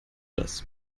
das